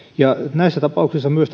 näissä tapauksissa myös